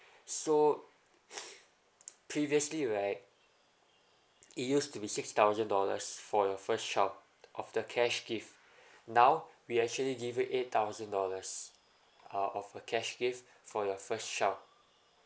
so previously right it used to be six thousand dollars for your first child of the cash gift now we actually give it eight thousand dollars uh of a cash gift for your first child